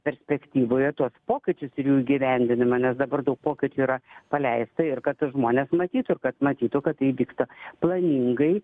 perspektyvoje tuos pokyčius ir jų įgyvendinimą nes dabar daug pokyčių yra paleista ir kad žmonės matytų ir kad matytų kad tai vyksta planingai